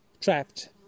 trapped